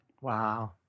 Wow